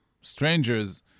strangers